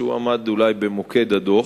שעמד במוקד הדוח.